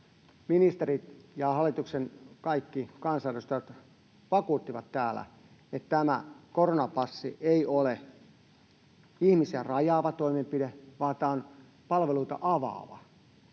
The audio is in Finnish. ministerit ja hallituksen kaikki kansanedustajat vakuuttivat täällä, että tämä koronapassi ei ole ihmisiä rajaava toimenpide vaan tämä on tämmöinen palveluita avaava